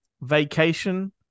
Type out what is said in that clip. Vacation